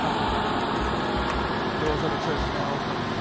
ah the doors of the church is now open